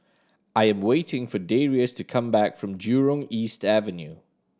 I am waiting for Darius to come back from Jurong East Avenue